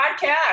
Podcast